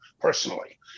personally